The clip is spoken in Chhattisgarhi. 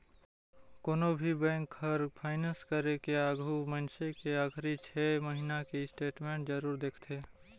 कोनो भी बेंक हर फाइनेस करे के आघू मइनसे के आखरी छे महिना के स्टेटमेंट जरूर देखथें